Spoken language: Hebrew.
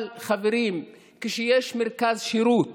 אבל, חברים, יש מרכז שירות